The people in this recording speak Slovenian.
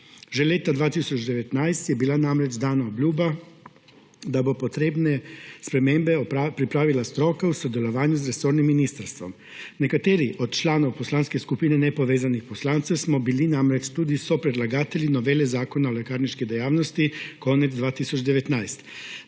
Že leta 2019 je bila namreč dana obljuba, da bo potrebne spremembe pripravila stroka v sodelovanju z resornim ministrstvom. Nekateri od članov Poslanske supine nepovezanih poslancev smo bili namreč tudi sopredlagatelji novele zakona o lekarniški dejavnosti konec 2019.